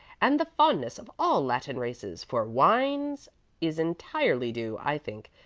and the fondness of all latin races for wines is entirely due, i think,